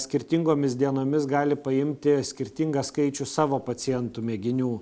skirtingomis dienomis gali paimti skirtingą skaičių savo pacientų mėginių